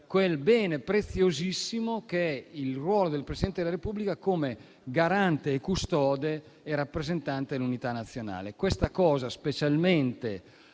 quel bene preziosissimo che costituiscono il ruolo del Presidente della Repubblica come garante, custode e rappresentante dell'unità nazionale.